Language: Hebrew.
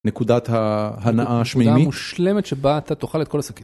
נקודת ההנאה השמימית הנקודה המושלמת שבה אתה תאכל את כל השקית.